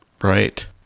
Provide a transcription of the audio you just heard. Right